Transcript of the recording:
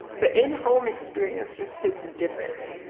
the in home experience just hits and differently.